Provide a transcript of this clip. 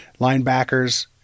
linebackers